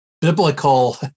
biblical